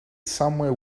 somewhere